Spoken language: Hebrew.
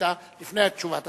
השאילתא לפני תשובת השר.